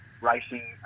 racing